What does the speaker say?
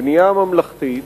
הבנייה הממלכתית,